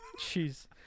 jeez